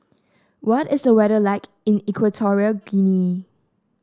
what is the weather like in Equatorial Guinea